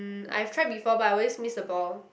I've tried before but I always miss the ball